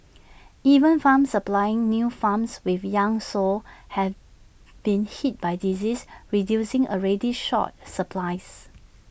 even farms supplying new farms with young sows have been hit by disease reducing already short supplies